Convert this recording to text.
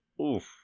oof